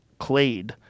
clade